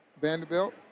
Vanderbilt